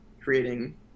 creating